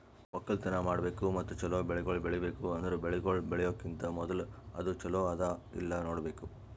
ಒಕ್ಕಲತನ ಮಾಡ್ಬೇಕು ಮತ್ತ ಚಲೋ ಬೆಳಿಗೊಳ್ ಬೆಳಿಬೇಕ್ ಅಂದುರ್ ಬೆಳಿಗೊಳ್ ಬೆಳಿಯೋಕಿಂತಾ ಮೂದುಲ ಅದು ಚಲೋ ಅದಾ ಇಲ್ಲಾ ನೋಡ್ಬೇಕು